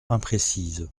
imprécise